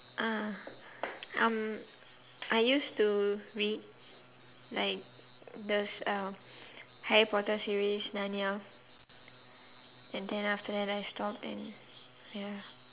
uh um I used to read like those uh Harry Potter series Narnia and then after that I stopped and ya